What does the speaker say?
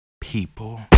people